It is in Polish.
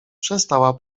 przestała